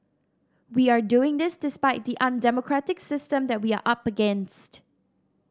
we are doing this despite the undemocratic system that we are up against